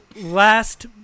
Last